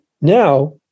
Now